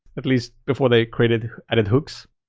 at least before they created added hooks.